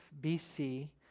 bc